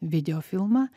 video filmą